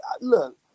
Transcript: look